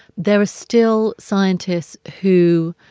there are still scientists who,